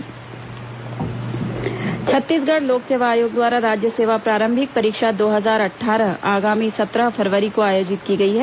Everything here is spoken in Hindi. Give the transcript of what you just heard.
पीएससी छत्तीसगढ़ लोक सेवा आयोग द्वारा राज्य सेवा प्रारंभिक परीक्षा दो हजार अट्ठारह आगामी सत्रह फरवरी को आयोजित की गई है